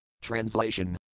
Translation